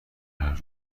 حرف